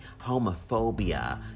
homophobia